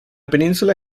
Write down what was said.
península